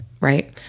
right